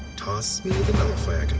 me the nullifier